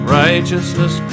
righteousness